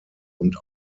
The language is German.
und